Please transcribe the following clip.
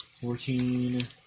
Fourteen